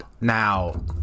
Now